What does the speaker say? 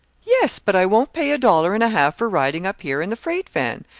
yes, but i won't pay a dollar and a half for riding up here in the freight-van.